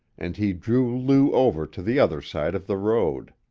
and he drew lou over to the other side of the road.